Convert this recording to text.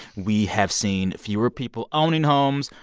we have seen fewer people owning homes,